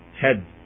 head